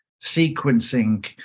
sequencing